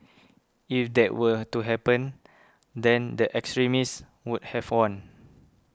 if that were to happen then the extremists would have won